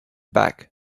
back